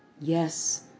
Yes